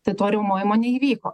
tai to riaumojimo neįvyko